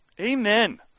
Amen